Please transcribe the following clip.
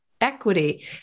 equity